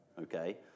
okay